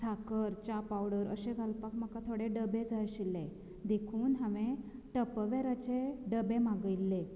साखर च्या पावडर अशें घालपाक म्हाका थोडे डबे जाय आशिल्ले देखून हांवे टपरवॅराचे डबे मागयल्ले